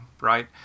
right